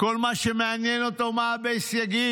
כל מה שמעניין אותו זה מה הבייס יגיד.